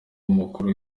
umukuru